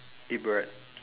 eat bread